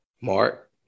Mark